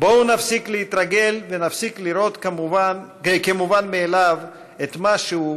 בואו נפסיק להתרגל ונפסיק לראות כמובן מאליו את מה שהוא,